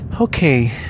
Okay